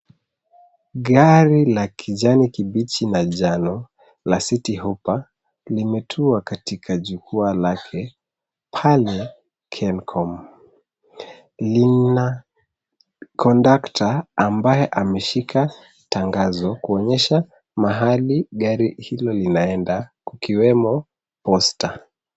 Gari la kijani kibichi na njano la Citi Hoppa limetua katika jukwaa lake pale Kencom. Lina kondakta ambaye ameshika tangazo kounyesha mahala gari hilo linaenda kukiwemo Posta.